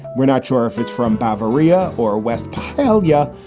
we're not sure if it's from bavaria or west celia,